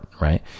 Right